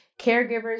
caregivers